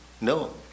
No